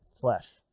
flesh